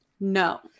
No